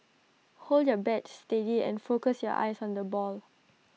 hold your bat steady and focus your eyes on the ball